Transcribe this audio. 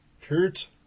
Kurt